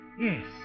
Yes